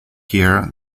year